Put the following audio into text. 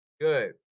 Good